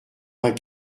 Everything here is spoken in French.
vingt